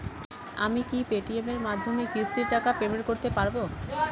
আমি কি Paytm এর মাধ্যমে কিস্তির টাকা পেমেন্ট করতে পারব?